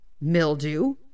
mildew